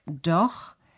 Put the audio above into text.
doch